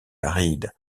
aride